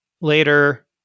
later